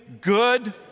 Good